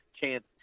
chance